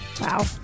Wow